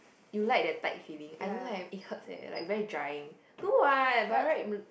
you like that tight feeling I don't like it hurts leh like very drying no what by right